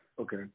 Okay